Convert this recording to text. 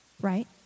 right